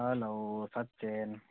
hello Sachin